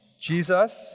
Jesus